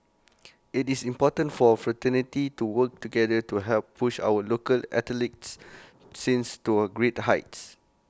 IT is important for fraternity to work together to help push our local athletics scenes to A great heights